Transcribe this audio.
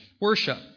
worship